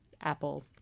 Apple